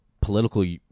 political